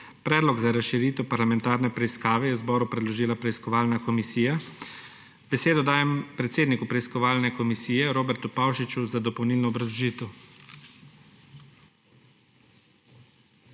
Predlog za razširitev parlamentarne preiskave je zboru predložila preiskovalna komisija. Besedo dajem predsedniku preiskovalne komisije Robertu Pavšiču za dopolnilno obrazložitev.